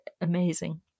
amazing